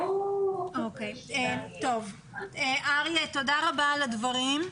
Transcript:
תודה רבה על הדברים.